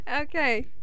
Okay